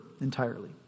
entirely